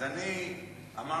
אז אני אמרתי,